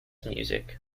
music